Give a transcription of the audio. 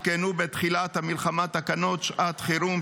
הותקנו בתחילת המלחמה תקנות לשעת חירום,